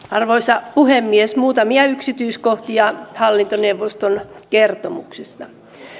arvoisa puhemies muutamia yksityiskohtia hallintoneuvoston kertomuksesta